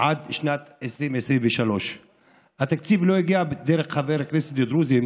עד שנת 2023. התקציב לא הגיע דרך חברי הכנסת הדרוזים